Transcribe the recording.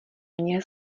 mně